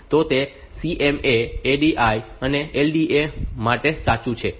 તો તે CMA ADI અને LDA માટે સાચું છે